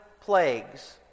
plagues